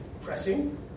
pressing